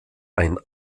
ein